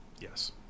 Yes